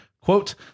Quote